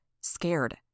scared